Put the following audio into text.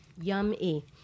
Yummy